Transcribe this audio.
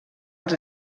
els